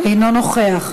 אינו נוכח,